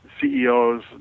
CEOs